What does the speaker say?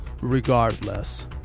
Regardless